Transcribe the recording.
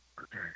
Okay